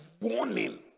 warning